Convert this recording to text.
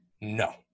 No